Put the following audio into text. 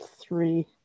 three